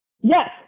yes